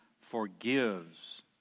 forgives